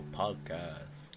podcast